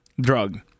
drug